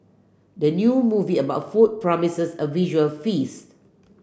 the new movie about food promises a visual feast